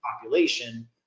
population